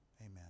Amen